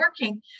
working